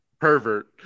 pervert